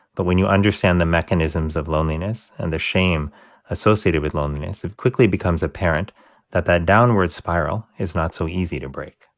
but when you understand the mechanisms of loneliness and the shame associated with loneliness, it quickly becomes apparent that that downward spiral is not so easy to break